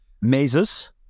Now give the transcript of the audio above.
mazes